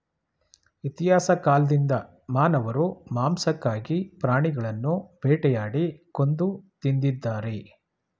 ಇತಿಹಾಸ ಕಾಲ್ದಿಂದ ಮಾನವರು ಮಾಂಸಕ್ಕಾಗಿ ಪ್ರಾಣಿಗಳನ್ನು ಬೇಟೆಯಾಡಿ ಕೊಂದು ತಿಂದಿದ್ದಾರೆ